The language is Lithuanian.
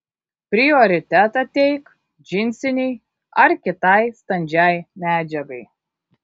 prioritetą teik džinsinei ar kitai standžiai medžiagai